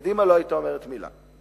קדימה לא היתה אומרת מלה.